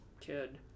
kid